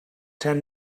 ten